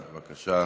בבקשה,